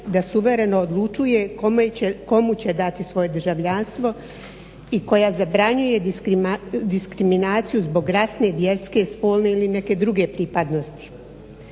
da suvereno odlučuje komu će dati svoje državljanstvo i koja zabranjuje diskriminaciju zbog rasne, vjerske, spolne ili neke druge pripadnosti.